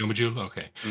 Okay